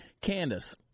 Candice